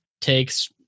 takes